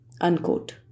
Unquote